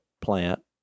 plant